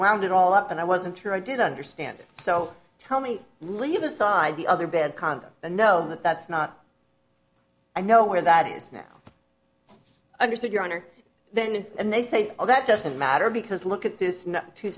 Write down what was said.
wound it all up and i wasn't sure i did understand it so tell me leave aside the other bad conduct and know that that's not i know where that is now understood your honor then and they say well that doesn't matter because look at this two